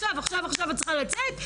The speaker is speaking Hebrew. עכשיו עכשיו עכשיו את צריכה לצאת,